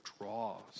draws